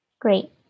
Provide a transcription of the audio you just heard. Great